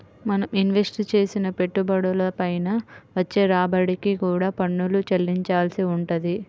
మనం ఇన్వెస్ట్ చేసిన పెట్టుబడుల పైన వచ్చే రాబడికి కూడా పన్నులు చెల్లించాల్సి వుంటది